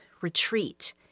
retreat